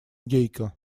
гейка